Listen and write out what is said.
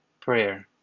prayer